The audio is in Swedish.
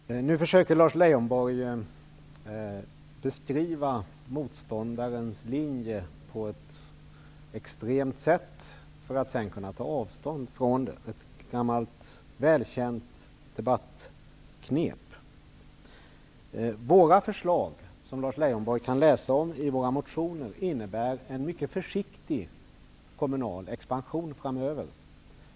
Herr talman! Nu försöker Lars Leijonborg beskriva motståndarens linje på ett extremt sätt för att sedan kunna ta avstånd från den. Det är ett gammalt välkänt debattknep. Våra förslag, som Lars Leijonborg kan läsa i våra motioner, innebär en mycket försiktig kommunal expansion framöver.